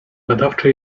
badawczo